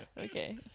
Okay